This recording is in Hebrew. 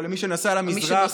או מי שנסע למזרח.